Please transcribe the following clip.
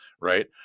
right